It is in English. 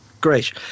great